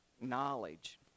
knowledge